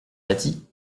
bâti